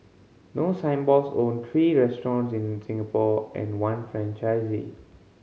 no Signboards own three restaurants in Singapore and one franchisee